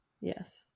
Yes